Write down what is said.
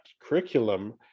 curriculum